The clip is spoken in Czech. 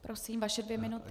Prosím, vaše dvě minuty.